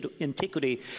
antiquity